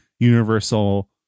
universal